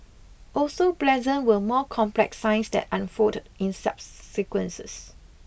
also pleasant were more complex signs that unfolded in subsequences